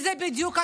זו בדיוק הנקודה.